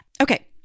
Okay